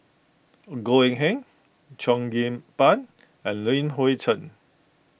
Goh Eng Han Cheo Kim Ban and Li Hui Cheng